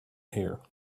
here